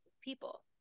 people